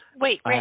Wait